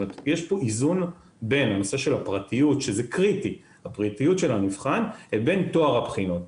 יש פה איזון בין הנושא של הפרטיות של הנבחן לבין טוהר הבחינות.